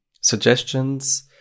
suggestions